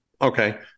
Okay